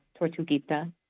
Tortuguita